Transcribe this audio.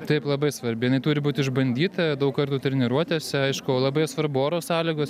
taip labai svarbi jinai turi būt išbandyta daug kartų treniruotėse aišku labai svarbu oro sąlygos